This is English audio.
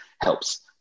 helps